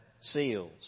seals